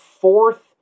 fourth